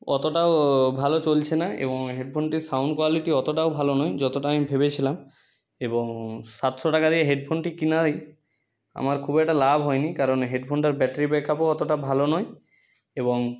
অতটাও ভালো চলছে না এবং হেডফোনটির সাউণ্ড কোয়ালিটি অতটাও ভালো নয় যতটা আমি ভেবেছিলাম এবং সাতশো টাকা দিয়ে হেডফোনটি কেনায় আমার খুব একটা লাভ হয়নি কারণ হেডফোনটার ব্যাটারি ব্যাকআপও অতটা ভালো নয় এবং